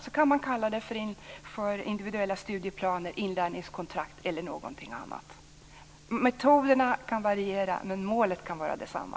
Sedan kan man kalla det för individuella studiplaner, inlärningskontrakt e.d. Metoderna kan variera men målen kan vara desamma.